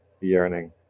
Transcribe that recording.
yearning